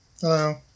Hello